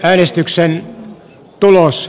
äänestyksen tulos